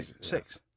Six